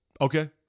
Okay